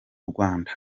rwanda